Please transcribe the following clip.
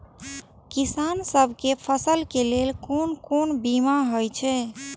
किसान सब के फसल के लेल कोन कोन बीमा हे छे?